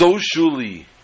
socially